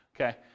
okay